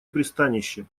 пристанище